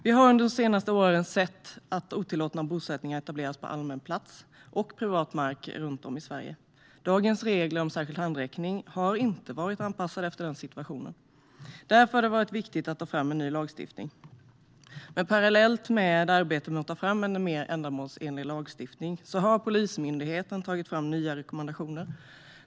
Vi har under de senaste åren sett att otillåtna bosättningar etableras på allmän plats och privat mark runt om i Sverige. Dagens regler om särskild handräckning har inte varit anpassade efter den situationen. Därför har det varit viktigt att ta fram en ny lagstiftning. Men parallellt med arbetet med att ta fram en mer ändamålsenlig lagstiftning har Polismyndigheten tagit fram nya rekommendationer.